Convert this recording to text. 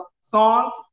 songs